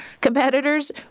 competitors